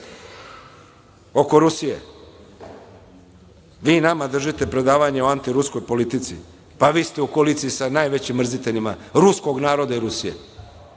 Rusije, vi nama držite predavanje o antiruskoj politici, pa vi ste u koaliciji sa najvećim mrziteljima ruskog naroda i Rusije,